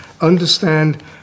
understand